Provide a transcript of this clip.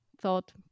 thought